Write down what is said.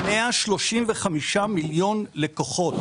עם 135 מיליון לקוחות.